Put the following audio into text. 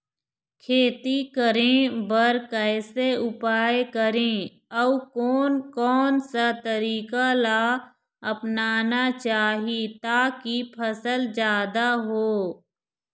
खेती करें बर कैसे उपाय करें अउ कोन कौन सा तरीका ला अपनाना चाही ताकि फसल जादा हो?